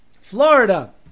Florida